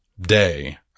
day